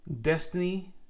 destiny